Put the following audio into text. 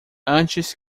antes